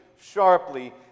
sharply